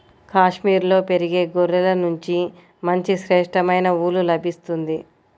కాశ్మీరులో పెరిగే గొర్రెల నుంచి మంచి శ్రేష్టమైన ఊలు లభిస్తుంది